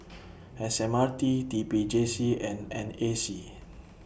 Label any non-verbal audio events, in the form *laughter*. *noise* S M R T T P J C and N A C